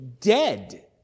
dead